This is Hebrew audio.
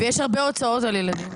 ויש הרבה הוצאות על ילדים.